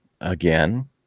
again